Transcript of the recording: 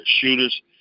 shooters